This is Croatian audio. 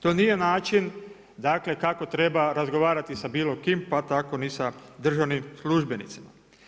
To nije način dakle kako treba razgovarati sa bilo kim, pa tako ni sa državnim službenicima.